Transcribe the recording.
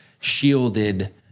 shielded